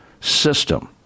system